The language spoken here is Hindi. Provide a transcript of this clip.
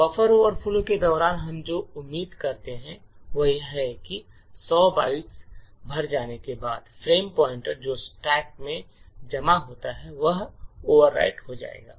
बफर ओवरफ्लो के दौरान हम जो उम्मीद करते हैं वह यह है कि 100 बाइट्स भर जाने के बाद फ्रेम पॉइंटर जो स्टैक में जमा होता है वह ओवरराइट हो जाएगा